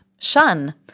shun